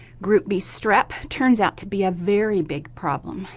group b strep turns out to be a very big problem.